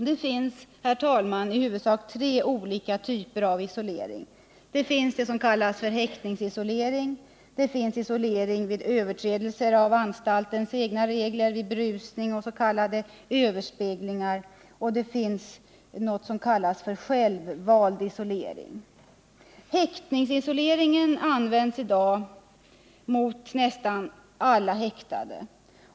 Det finns, herr talman, i huvudsak tre olika typer av isolering: 2. isolering vid överträdelse av anstaltens egna regler, vid berusning och vid s.k. överspelningar och Häktningsisoleringen används i dag mot nästan alla häktade.